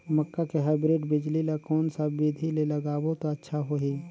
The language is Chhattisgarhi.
मक्का के हाईब्रिड बिजली ल कोन सा बिधी ले लगाबो त अच्छा होहि?